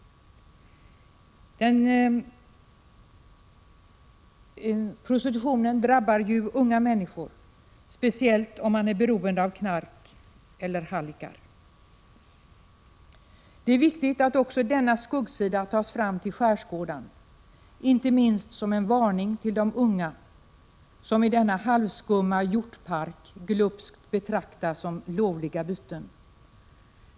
Prostitutionen drabbar ju unga människor, speciellt om de är beroende av knark eller hallickar. Det är viktigt att också denna skuggsida tas fram till skärskådan, inte minst som en varning till de unga som i denna halvskumma hjortpark glupskt betraktas som lovliga byten.